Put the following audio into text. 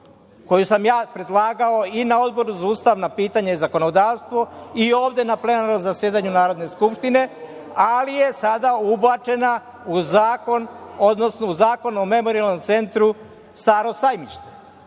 koju sam ja predlagao i na Odboru za ustavna pitanja i zakonodavstvo i ovde na plenarnom zasedanju Narodne skupštine, ali je sada ubačena u Zakon o memorijalom centru „Staro sajmište“,